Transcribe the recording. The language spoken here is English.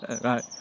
Right